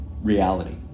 reality